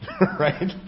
Right